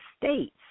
states